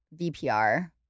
VPR